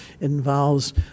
involves